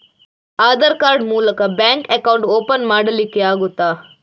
Aadhaar card ಮೂಲಕ bank account open ಮಾಡಲಿಕ್ಕೆ ಆಗುತಾ?